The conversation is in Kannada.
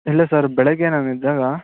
ಇಲ್ಲ ಸರ್ ಬೆಳಗ್ಗೆ ನಾನು ಎದ್ದಾಗ